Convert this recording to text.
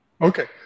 Okay